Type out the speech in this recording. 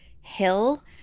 hill